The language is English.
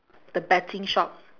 the betting shop